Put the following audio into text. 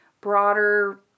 broader